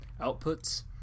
outputs